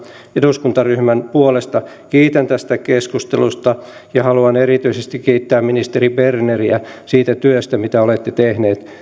eduskuntaryhmän puolesta kiitän tästä keskustelusta ja haluan erityisesti kiittää ministeri berneriä siitä työstä mitä olette tehnyt